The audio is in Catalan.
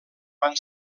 van